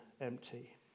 empty